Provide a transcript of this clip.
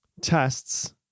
tests